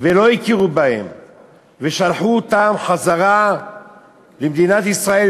ולא הכירו בהם ושלחו אותם חזרה למדינת ישראל,